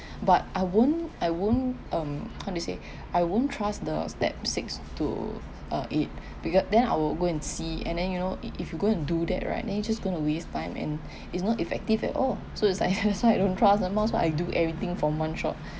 but I won't I won't um how to say I won't trust the step six to uh eight beca~ then I will go and see and then you know i~ if you go and do that right then you just going to waste time and is not effective at all so it's like that's why I don't trust never mind so I do everything from one shot